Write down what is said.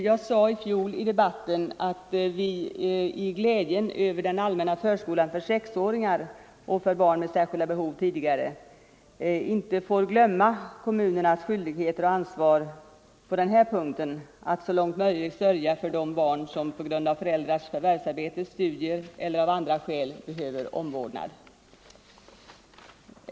Under debatten i fjol om denna fråga sade jag, att vi i glädjen över den allmänna förskolan för sexåringar och för barn med särskilda behov före sex års ålder inte får glömma kommunernas skyldighet och ansvar att så långt möjligt sörja för de barn som på grund av föräldrars förvärvsarbete, studier eller av andra skäl behöver omvårdnad.